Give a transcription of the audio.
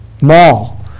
mall